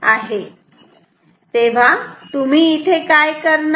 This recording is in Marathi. तर इथे तुम्ही काय करणार